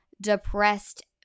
depressed